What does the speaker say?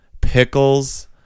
pickles